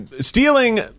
stealing